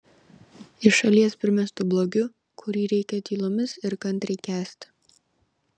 iš šalies primestu blogiu kurį reikia tylomis ir kantriai kęsti